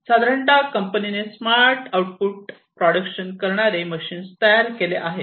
साधारणता कंपनीने smart output production करणारे मशीन तयार केले आहेत